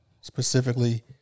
specifically